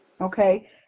okay